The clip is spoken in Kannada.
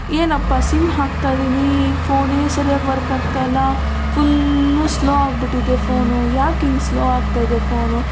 ಏನಪ್ಪ ಸಿಮ್ ಹಾಕ್ತಾಯಿದ್ದೀನಿ ಫೋನೇ ಸರಿಯಾಗಿ ವರ್ಕ್ ಆಗ್ತಾಯಿಲ್ಲ ಫುಲ್ಲು ಸ್ಲೋ ಆಗಿಬಿಟ್ಟಿದೆ ಫೋನು ಯಾಕೆ ಹಿಂಗೆ ಸ್ಲೋ ಆಗ್ತಾಯಿದೆ ಫೋನು